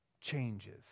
changes